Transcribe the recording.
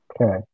Okay